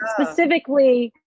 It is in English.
specifically-